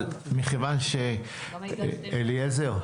אליעזר,